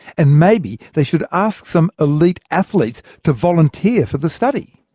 and maybe they should ask some elite athletes to volunteer for the study?